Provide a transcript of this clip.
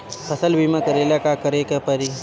फसल बिमा करेला का करेके पारी?